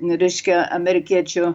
reiškia amerikiečių